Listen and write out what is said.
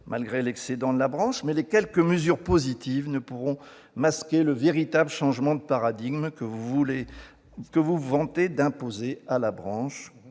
malgré l'excédent de la branche, mais les quelques mesures positives ne pourront pas masquer le véritable changement de paradigme que vous vous vantez d'imposer à la branche,